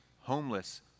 homeless